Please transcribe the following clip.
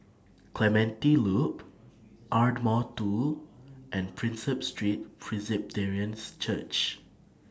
Clementi Loop Ardmore two and Prinsep Street Presbyterians Church